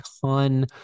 ton